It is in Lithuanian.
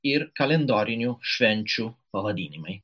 ir kalendorinių švenčių pavadinimai